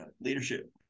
leadership